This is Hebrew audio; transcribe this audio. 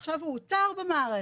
אחרי שהוא נכנס למסע.